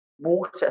water